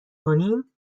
کنیم